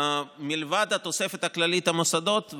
מלבד התוספת הכללית למוסדות,